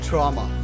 Trauma